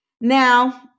Now